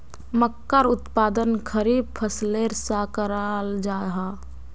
मक्कार उत्पादन खरीफ फसलेर सा कराल जाहा